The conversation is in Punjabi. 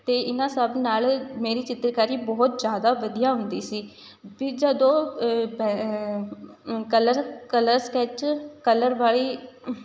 ਅਤੇ ਇਹਨਾਂ ਸਭ ਨਾਲ਼ ਮੇਰੀ ਚਿੱਤਰਕਾਰੀ ਬਹੁਤ ਜ਼ਿਆਦਾ ਵਧੀਆ ਹੁੰਦੀ ਸੀ ਵੀ ਜਦੋਂ ਪੇ ਕਲਰ ਕਲਰ ਸਕੈੱਚ ਕਲਰ ਵਾਲੀ